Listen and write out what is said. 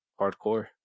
hardcore